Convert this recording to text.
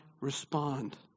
respond